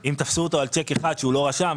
אם תפסו אותו על צ'ק אחד שהוא לא רשם,